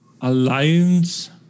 Alliance